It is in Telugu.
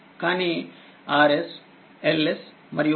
కానీ Rs Ls మరియుRpను విస్మరించాము